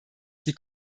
die